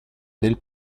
del